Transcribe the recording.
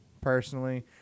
personally